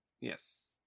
Yes